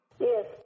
Yes